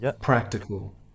practical